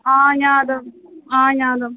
आ ज्ञातम् आ ज्ञातम्